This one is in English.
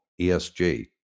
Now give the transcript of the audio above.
ESG